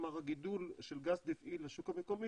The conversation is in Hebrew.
כלומר הגידול של גז טבעי לשוק המקומי